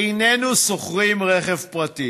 איננו שוכרים רכב פרטי